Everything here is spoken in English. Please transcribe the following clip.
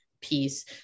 piece